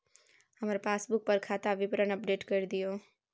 हमर पासबुक पर खाता विवरण अपडेट कर दियो